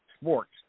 sports